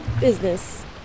business